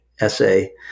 essay